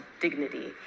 dignity